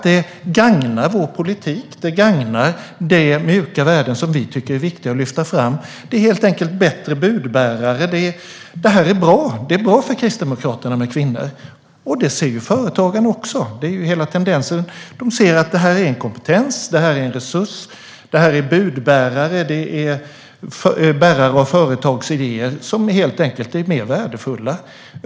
Det gagnar vår politik och de mjuka värden vi tycker är viktiga att föra fram. De är helt enkelt bättre budbärare. Det är bra för Kristdemokraterna med kvinnor. Detta ser företagarna också. De ser att det är en kompetens och en resurs. Det är budbärare och bärare av företagsidéer som helt enkelt är mer värdefulla.